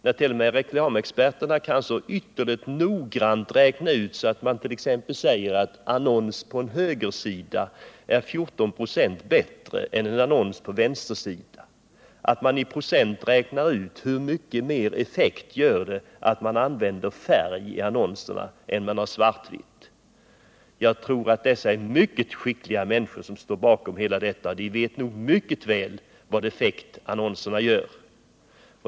Det visar också det faktum att reklamexperterna t.ex. så ytterligt noggrant kan räkna ut att en annons på en högersida är 14 96 bättre än en annons på en vänstersida och hur mycket mer effekt det ger om man använder färg i annonsen än om man har svartvit annons. Jag tror att det är mycket skickliga människor som står bakom detta, och de vet nog mycket väl vilka effekter annonserna har.